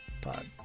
pod